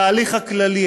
להליך הכללי,